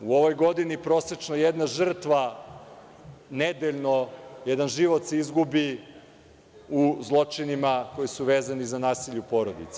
U ovoj godini prosečno jedna žrtva nedeljno, jedan život se izgubi u zločinima koji su vezani za nasilje u porodici.